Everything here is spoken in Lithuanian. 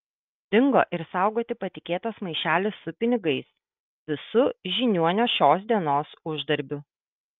dingo ir saugoti patikėtas maišelis su pinigais visu žiniuonio šios dienos uždarbiu